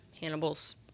Hannibal's